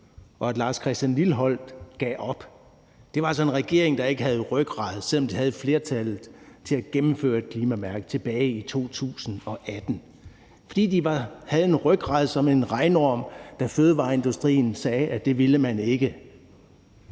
og at Lars Christian Lilleholt gav op. Det var altså en regering, der ikke havde rygrad, selv om de havde flertallet, til at gennemføre et klimamærke tilbage i 2018 – fordi de havde rygrad som en regnorm, da fødevareindustrien sagde, at det ville man ikke.